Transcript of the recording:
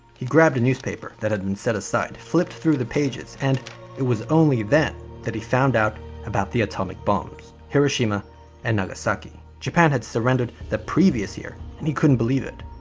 he grabbed a newspaper that had been set aside, flipped through the pages, and it was only then that he found out about the atomic bombs, hiroshima and nagasaki. japan had surrendered the previous year, and he couldn't believe it.